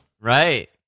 Right